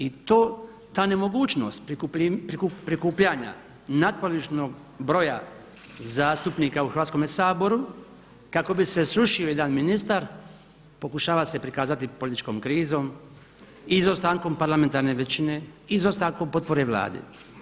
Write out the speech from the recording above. I ta nemogućnost prikupljanja natpolovičnog broja zastupnika u Hrvatskome saboru kako bi se srušio jedan ministar pokušava se prikazati političkom krizom, izostankom parlamentarne većine, izostankom potpore Vladi.